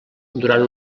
durant